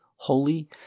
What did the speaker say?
Holy